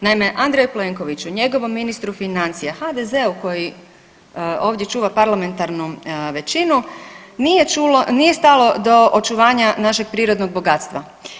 Naime, Andreju Plenkoviću, njegovom ministru financija, HDZ-u koji ovdje čuva parlamentarnu većinu nije stalo do očuvanja našeg prirodnog bogatstva.